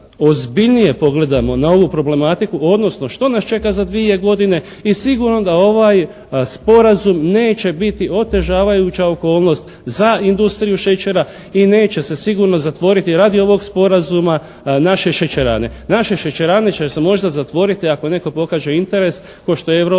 ozbiljnije pogledamo na ovu problematiku, odnosno što nas čeka za dvije godine i sigurno da ovaj Sporazum neće biti otežavajuća okolnost za industriju šećera i neće se sigurno zatvoriti radi ovog Sporazuma naše šećerane. Naše šećerane će se možda zatvoriti ako netko pokaže interes kao što Europa